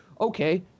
okay